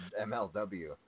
MLW